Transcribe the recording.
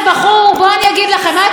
זה לא מקובל לקבוע,